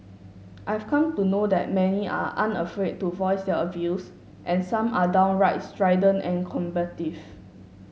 I've come to know that many are unafraid to voice their views and some are downright strident and combative